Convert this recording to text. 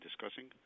discussing